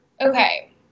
Okay